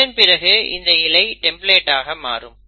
இதன் பிறகு இந்த இழை டெம்ப்ளேட் ஆக மாறும்